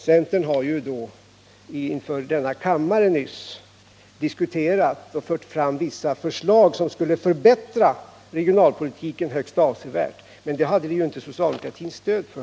Centern har inför denna kammare nyligen fört fram vissa förslag som högst avsevärt skulle ha förbättrat regionalpolitiken. Men de förslagen hade vi dess värre inte socialdemokratins stöd för.